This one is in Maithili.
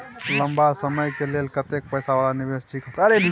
लंबा समय के लेल कतेक पैसा वाला निवेश ठीक होते?